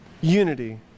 unity